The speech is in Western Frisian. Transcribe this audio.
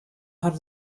har